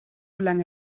lange